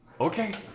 okay